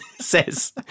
says